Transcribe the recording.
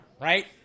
Right